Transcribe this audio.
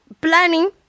planning